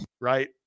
Right